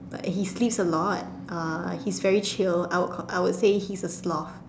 like he sleeps a lot uh he's very chill I would call I would say he's a sloth